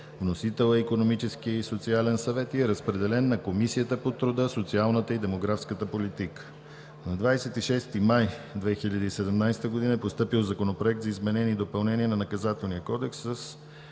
Вносител е Икономическият и социален съвет. Разпределен е на Комисията по труда, социалната и демографската политика. На 26 май 2017 г. е постъпил Законопроект за изменение и допълнение на Наказателния кодекс.